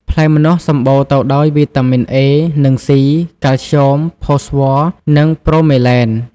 ផ្លែម្នាស់សម្បូរទៅដោយវីតាមីនអេ និង សុី កាល់ស្យូម ផូស្វ័រ និងប្រូមេឡែន ។